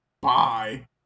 Bye